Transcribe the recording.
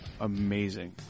amazing